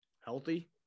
healthy